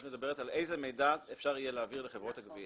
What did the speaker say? על איזה מידע אפשר יהיה להעביר לחברות הגבייה.